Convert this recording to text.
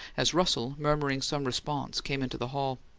as russell, murmuring some response, came into the hall.